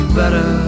better